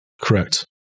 Correct